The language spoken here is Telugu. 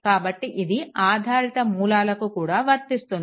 కాబట్టి ఇది ఆధారిత మూలాలకు కూడా వర్తిస్తుంది